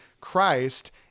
Christ